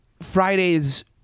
Friday's